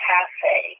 Cafe